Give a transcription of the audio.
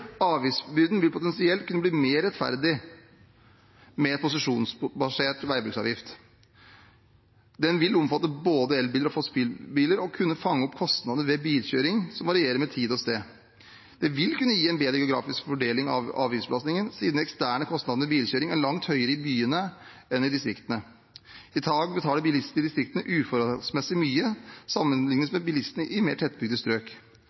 vil potensielt kunne bli mer rettferdig med posisjonsbasert veibruksavgift. Den vil omfatte både elbiler og fossilbiler og kunne fange opp kostnader ved bilkjøring som varierer med tid og sted. Det vil kunne gi en bedre geografisk fordeling av avgiftsbelastningen siden de eksterne kostnadene ved bilkjøring er langt høyere i byene enn i distriktene. I dag betaler bilister i distriktene uforholdsmessig mye sammenlignet med bilistene i mer tettbygde strøk.